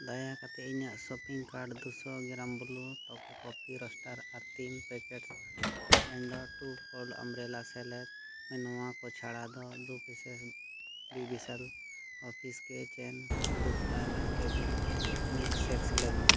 ᱫᱟᱭᱟ ᱠᱟᱛᱮᱫ ᱤᱧᱟᱹᱜ ᱥᱚᱯᱤᱝ ᱠᱟᱨᱰ ᱫᱩ ᱥᱚ gram blue Tokai coffee roaster ᱟᱨ ᱛᱤᱱ ᱯᱮᱠᱥ ᱯᱷᱮᱱᱰᱳ ᱴᱩ ᱯᱷᱳᱞᱰ ᱟᱢᱵᱨᱮᱞᱟ ᱥᱮᱞᱮᱫ ᱱᱚᱣᱟ ᱠᱚ ᱪᱷᱟᱰᱟ ᱦᱚᱸ ᱫᱩ ᱯᱤᱥᱮᱥ ᱵᱤ ᱵᱤᱥᱟᱞ ᱚᱯᱷᱤᱥ ᱠᱤ ᱪᱮᱭᱱᱥ ᱫᱩ ᱥᱚ M L Cavin's milk shake ᱥᱮᱞᱮᱫᱽ ᱢᱮ